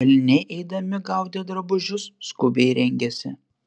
kaliniai eidami gaudė drabužius skubiai rengėsi